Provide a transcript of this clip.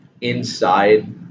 inside